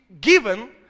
given